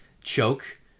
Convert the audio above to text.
choke